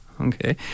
okay